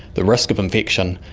the risk of infection,